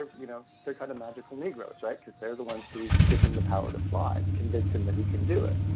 you know, they're kind of magical negroes right? because they're the ones who give him the power to fly, convince him that he can do it